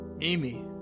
Amy